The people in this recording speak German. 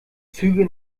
züge